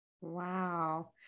Wow